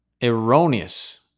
erroneous